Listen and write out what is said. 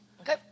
Okay